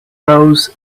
rows